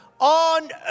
on